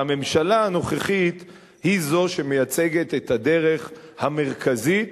והממשלה הנוכחית היא זו שמייצגת את הדרך המרכזית,